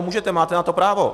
No, můžete, máte na to právo.